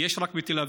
יש רק בתל אביב.